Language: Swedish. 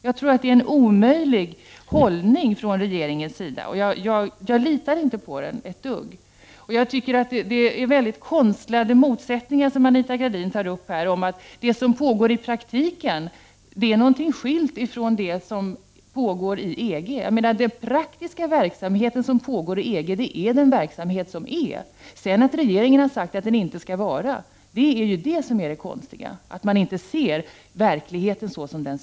Jag tror att det är en omöjlig hållning från regeringens sida, och jag litar inte på den. De motsättningar som Anita Gradin tar upp om att det som pågår i praktiken är skilt ifrån det som pågår inom EG, finner jag vara mycket konstlade. Den praktiska verksamhet som pågår inom EG, pågår ju. Att regeringen har = Prot. 1989/90:32 sagt att den inte skall pågå är däremot konstigt. Man ser inte verkligheten så 24 november 1989 som den är.